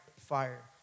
fire